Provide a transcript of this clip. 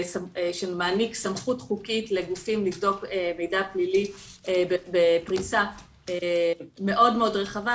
שמעניק סמכות חוקית לגופים לבדוק מידע פלילי בפריסה מאוד מאוד רחבה,